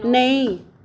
नेईं